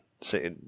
say